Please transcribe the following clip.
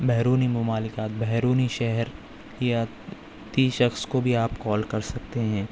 بیہرون ممالکات بیہرونی شہر یا کسی بھی شخص کو آپ کال کر سکتے ہیں